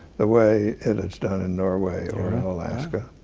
the way it's done in norway or in alaska,